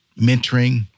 mentoring